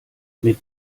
mit